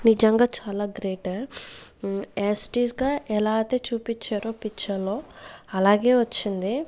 నిజంగా చాలా గ్రేటు యాజిటీస్గా ఎలా అయితే చూపించారో పిక్చర్లో అలాగే వచ్చింది